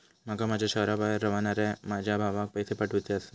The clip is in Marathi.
माका माझ्या शहराबाहेर रव्हनाऱ्या माझ्या भावाक पैसे पाठवुचे आसा